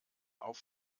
auf